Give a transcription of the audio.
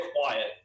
quiet